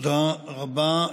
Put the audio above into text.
תודה רבה.